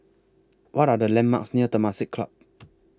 What Are The landmarks near Temasek Club